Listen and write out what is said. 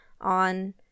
on